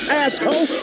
asshole